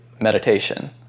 meditation